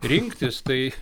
rinktis tai